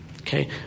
Okay